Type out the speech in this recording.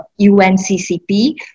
UNCCP